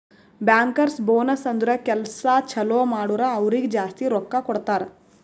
bankers bonus ಅಂದುರ್ ಕೆಲ್ಸಾ ಛಲೋ ಮಾಡುರ್ ಅವ್ರಿಗ ಜಾಸ್ತಿ ರೊಕ್ಕಾ ಕೊಡ್ತಾರ್